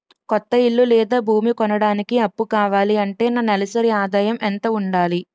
కొత్త ఇల్లు లేదా భూమి కొనడానికి అప్పు కావాలి అంటే నా నెలసరి ఆదాయం ఎంత ఉండాలి?